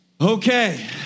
Okay